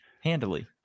handily